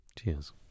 Cheers